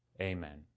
Amen